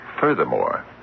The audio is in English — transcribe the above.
Furthermore